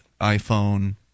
iPhone